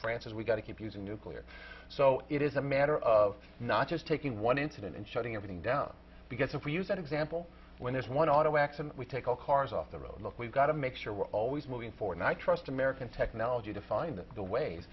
france is we've got to keep using nuclear so it is a matter of not just taking one incident and shutting everything down because if we use that example when there's one auto accident we take all cars off the road look we've got to make sure we're always moving forward and i trust american technology to find the way